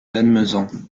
lannemezan